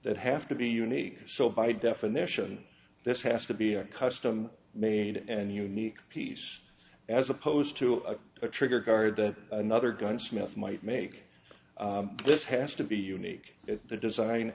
that have to be unique so by definition this has to be a custom made and unique piece as opposed to a trigger guard that another gunsmith might make this has to be unique if the design